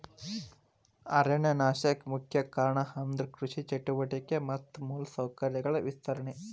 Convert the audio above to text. ಅರಣ್ಯ ನಾಶಕ್ಕೆ ಮುಖ್ಯ ಕಾರಣ ಅಂದ್ರ ಕೃಷಿ ಚಟುವಟಿಕೆ ಮತ್ತ ಮೂಲ ಸೌಕರ್ಯಗಳ ವಿಸ್ತರಣೆ